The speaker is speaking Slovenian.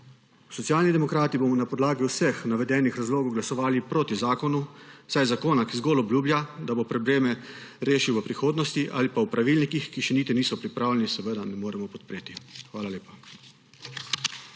Socialni demokrati bomo na podlagi vseh navedenih razlogov glasovali proti zakonu, saj zakona, ki zgolj obljublja, da bo probleme rešil v prihodnosti ali pa v pravilnikih, ki še niti niso pripravljeni, seveda ne moremo podpreti. Hvala lepa.